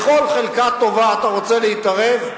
בכל חלקה טובה אתה רוצה להתערב?